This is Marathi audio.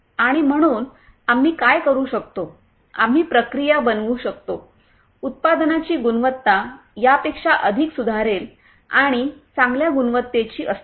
आणि म्हणून आम्ही काय करू शकतो आम्ही प्रक्रिया बनवू शकतो उत्पादनांची गुणवत्ता यापेक्षा अधिक सुधारेल आणि चांगल्या गुणवत्तेची असतील